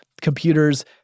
computers